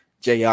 Jr